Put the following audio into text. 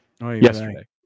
yesterday